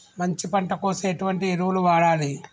మంచి పంట కోసం ఎటువంటి ఎరువులు వాడాలి?